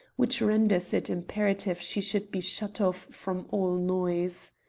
which renders it imperative she should be shut off from all noise.